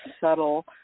subtle